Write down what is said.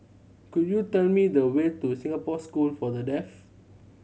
could you tell me the way to Singapore School for The Deaf